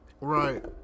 Right